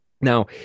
Now